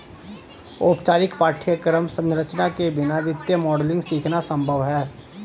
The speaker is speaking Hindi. औपचारिक पाठ्यक्रम संरचना के बिना वित्तीय मॉडलिंग सीखना संभव हैं